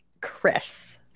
Chris